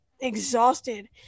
exhausted